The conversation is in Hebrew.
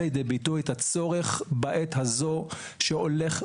לידי ביטוי את הצורך בעת הזו שהולך ומחמיר.